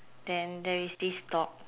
then there is this dog